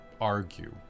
argue